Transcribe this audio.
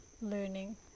learning